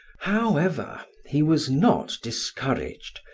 however, he was not discouraged,